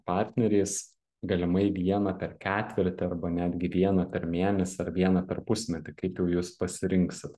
partneriais galimai vieną per ketvirtį arba netgi vieną per mėnesį ar vieną per pusmetį kaip jau jūs pasirinksit